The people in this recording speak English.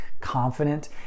confident